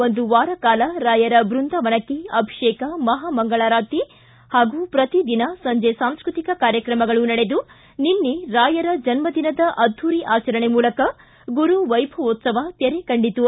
ಒಂದು ವಾರ ಕಾಲ ರಾಯರ ಬೃಂದಾವನಕ್ಕೆ ಅಭಿಷೇಕ ಮಹಾಮಂಗಳಾರತಿ ಹಾಗೂ ದಿನಾಲೂ ಸಂಜೆ ಸಾಂಸ್ಟ್ರತಿಕ ಕಾರ್ಯಕ್ರಮಗಳು ನಡೆದು ನಿನ್ನೆ ರಾಯರ ಜನ್ನದಿನ್ನದ ಅದ್ದೂರಿ ಆಚರಣೆ ಮೂಲಕ ಗುರು ವೈಭವೋತ್ಸವ ತೆರೆ ಕಂಡಿತು